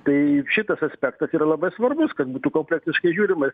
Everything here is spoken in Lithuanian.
tai šitas aspektas yra labai svarbus kad būtų kompleksiškai žiūrima